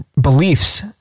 beliefs